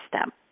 step